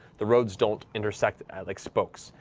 the roads don't intersect at like spokes,